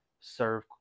serve